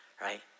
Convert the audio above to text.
right